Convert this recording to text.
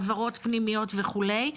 העברות פנימיות וכולי,